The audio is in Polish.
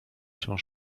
się